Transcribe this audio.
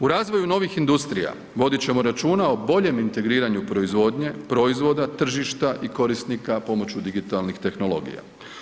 U razvoju novih industrija vodit ćemo računa o boljem integriranju proizvodnje, proizvoda, tržišta i korisnika pomoću digitalnih tehnologija.